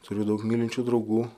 turiu daug mylinčių draugų